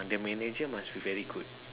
uh the manager must be very good